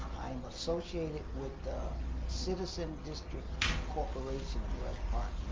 i'm associated with the citizen district corporation of west park